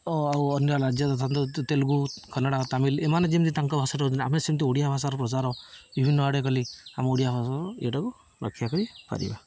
ଓ ଆଉ ଅନ୍ୟ ରାଜ୍ୟର ତେଲୁଗୁ କନ୍ନଡ଼ ତାମିଲ ଏମାନେ ଯେମିତି ତାଙ୍କ ଭାଷାରେ ରହୁଛନ୍ତି ଆମେ ସେମିତି ଓଡ଼ିଆ ଭାଷାର ପ୍ରଚାର ବିଭିନ୍ନ ଆଡ଼େ କଲି ଆମ ଓଡ଼ିଆ ଭାଷାର ଏଇଟାକୁ ରକ୍ଷା କରିପାରିବା